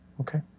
Okay